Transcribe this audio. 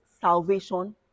salvation